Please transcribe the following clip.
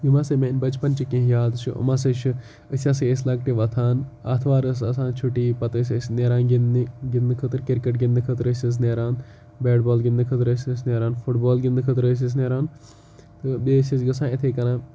یِم ہَسا میٛانہِ بَچپنچہِ کیںٛہہ یاد چھُ یِم ہَسا چھِ أسۍ ہَسا ٲسۍ لۄکٹہِ وۄتھان آتھوار ٲس آسان چھُٹی پَتہٕ ٲسۍ أسۍ نیران گِںٛدنہِ گِنٛدنہٕ خٲطرٕ کِرکَٹ گِنٛدنہٕ خٲطرٕ أسۍ ٲسۍ نیران بیٹ بال گِنٛدنہٕ خٲطرٕ أسۍ ٲسۍ نیران فُٹ بال گِنٛدنہٕ خٲطرٕ أسۍ ٲسۍ نیران تہٕ بیٚیہِ ٲسۍ أسۍ گژھان اِتھَے کَنَن